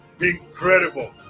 incredible